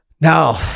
Now